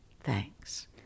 Thanks